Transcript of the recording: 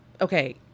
Okay